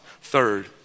Third